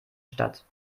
stadt